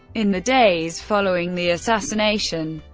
in the days following the assassination,